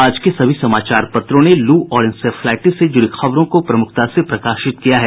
आज के सभी समाचार पत्रों ने लू और इंसेफ्लाइटिस से जुड़ी खबरों को प्रमुखता से प्रकाशित किया है